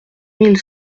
mille